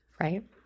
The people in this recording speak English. Right